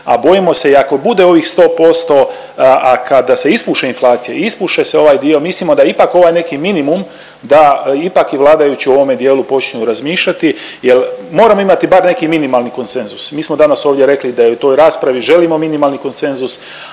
a bojimo se i ako bude ovih 100% a kada se ispuše inflacija, ispuše se ovaj dio mislimo da ipak ovaj neki minimum, da ipak i vladajući u ovome dijelu počinju razmišljati, jer moramo imati bar neki minimalni konsenzus. Mi smo danas ovdje rekli da i u toj raspravi želimo minimalni konsenzus.